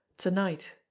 Tonight